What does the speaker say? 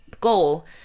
goal